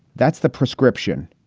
that's the prescription.